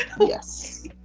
Yes